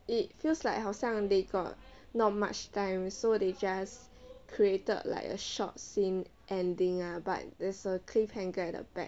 it feels like 好像 they got not much time so they just created like a short scene ending ah but there's a cliffhanger at the back